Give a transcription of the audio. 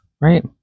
right